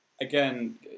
Again